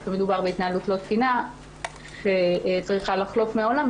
שמדובר בהתנהלות לא תקינה שצריכה לחלוף מהעולם.